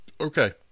Okay